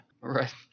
Right